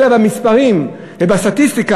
אלא במספרים ובסטטיסטיקה,